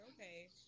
okay